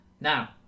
Now